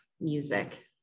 music